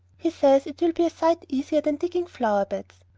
he says it will be a sight easier than digging flower-beds.